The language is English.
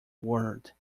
word